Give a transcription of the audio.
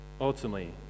ultimately